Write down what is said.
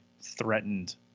threatened